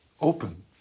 open